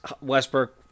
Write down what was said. Westbrook